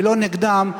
ולא נגדם,